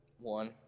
One